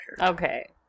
okay